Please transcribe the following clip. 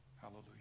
Hallelujah